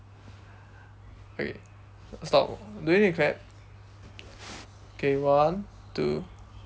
okay stop do we need to clap okay one two